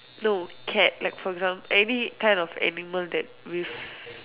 no cat like for example any kind of animal that with